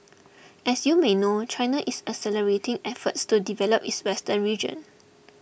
as you may know China is accelerating efforts to develop its western region